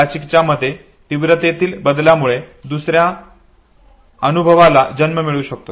प्लचिकच्या मते तीव्रतेतील बदलामुळे दुसर्या अनुभवाला जन्म मिळू शकतो